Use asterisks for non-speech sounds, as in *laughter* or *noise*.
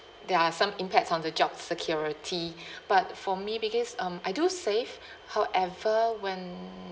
there are some impacts on the job security *breath* but for me because um I do save however when